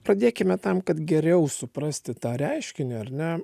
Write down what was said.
pradėkime tam kad geriau suprasti tą reiškinį ar ne